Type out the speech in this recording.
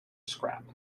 scrap